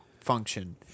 function